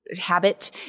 habit